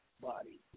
Body